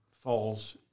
falls